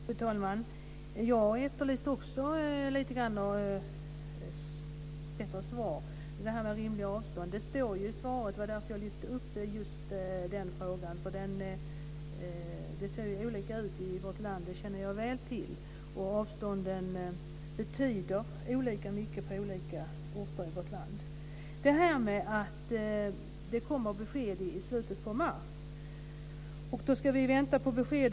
Fru talman! Jag efterlyste också bättre svar. Det här med rimliga avstånd står ju i svaret, och det var därför jag lyfte upp just den frågan. Det ser olika ut i vårt land - det känner jag väl till. Avstånden betyder olika mycket på olika orter i vårt land. Det kommer besked i slutet på mars. Då ska vi vänta på besked.